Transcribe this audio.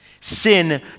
Sin